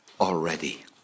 already